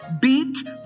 beat